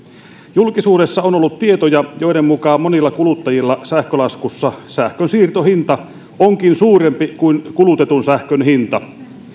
julkisuudessa on ollut tietoja joiden mukaan monilla kuluttajilla sähkölaskussa sähkönsiirtohinta onkin suurempi kuin kulutetun sähkön hinta